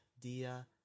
dia